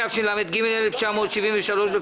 התשל"ג 1973,